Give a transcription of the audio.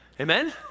Amen